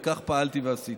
וכך פעלתי ועשיתי.